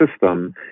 system